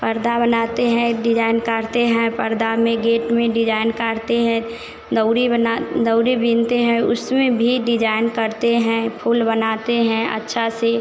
परदा बनाते हैं डिजाईन काढ़ते हैं परदा में गेट में डिजाईन काढ़ते हैं दौरी बना दौरी बीनते है उसमें भी डिजाईन करते हैं फुल बनाते हैं अच्छा से